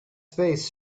space